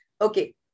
Okay